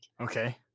Okay